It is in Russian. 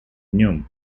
днем